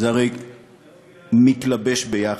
זה הרי מתלבש ביחד,